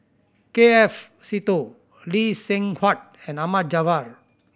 K F Seetoh Lee Seng Huat and Ahmad Jaafar